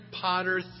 Potter